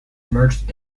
merged